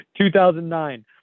2009